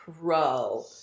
pro